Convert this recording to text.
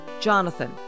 Jonathan